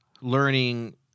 learning